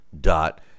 dot